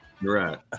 right